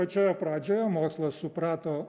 pačioje pradžioje mokslas suprato